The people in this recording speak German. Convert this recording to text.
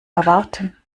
erwarten